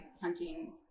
hunting